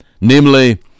Namely